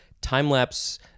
time-lapse